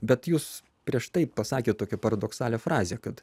bet jūs prieš tai pasakė tokią paradoksalią frazę kad